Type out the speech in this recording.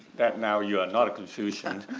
that now you are not a confucian.